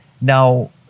Now